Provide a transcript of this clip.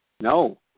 No